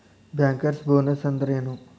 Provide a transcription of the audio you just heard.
Bankers bonus ಅಂದ್ರೇನು?